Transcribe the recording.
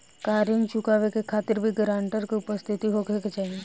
का ऋण चुकावे के खातिर भी ग्रानटर के उपस्थित होखे के चाही?